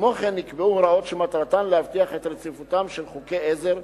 כמו כן נקבעו הוראות שמטרתן להבטיח את רציפותם של חוקי עזר,